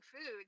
food